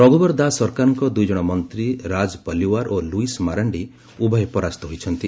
ରଘୁବର ଦାସ ସରକାରଙ୍କ ଦୁଇ ଜଣ ମନ୍ତ୍ରୀ ରାଜ ପଲିଓ୍ବାର ଓ ଲୁଇସ୍ ମାରାଣ୍ଡି ଉଭୟ ପରାସ୍ତ ହୋଇଛନ୍ତି